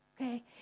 Okay